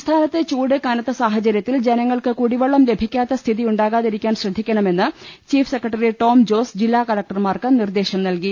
സംസ്ഥാനത്ത് ചൂട് കനത്ത സാഹചര്യത്തിൽ ജനങ്ങൾക്ക് കൂടിവെള്ളം ലഭിക്കാത്ത സ്ഥിതിയുണ്ടാകാതിരിക്കാൻ ശ്രദ്ധിക്ക ണമെന്ന് ചീഫ് സെക്രട്ടറി ടോം ജോസ് ജില്ലാകള്ക്ടർമാർക്ക് നിർദ്ദേശം നൽകി